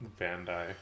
Bandai